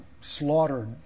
slaughtered